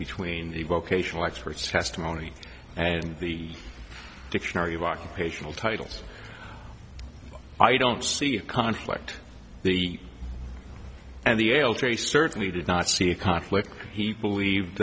between the vocational experts testimony and the dictionary of occupational titles i don't see a conflict the and the l trace certainly did not see a conflict he believed